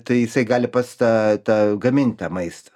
tai jisai gali pas tą tą gamint tą maistą